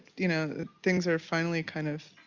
you know, things are finally kind of